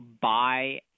buy